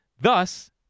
thus